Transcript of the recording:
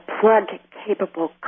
plug-capable